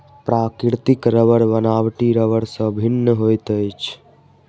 प्राकृतिक रबड़ बनावटी रबड़ सॅ भिन्न होइत अछि